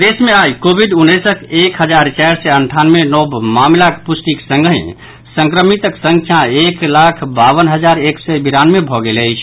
प्रदेश मे आइ कोविड उन्नैसक एक हजार चारि सय अंठानवे नव मामिलाक पुष्टिक संगहि संक्रमितक संख्या एक लाख बावन हजार एक सय बिरानवे भऽ गेल अछि